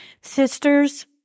Sisters